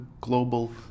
global